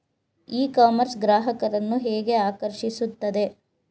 E commerce ಗ್ರಾಹಕರನ್ನು ಹೇಗೆ ಆಕರ್ಷಿಸುತ್ತದೆ?